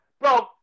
Bro